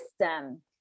system